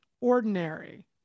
ordinary